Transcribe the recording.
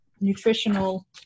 nutritional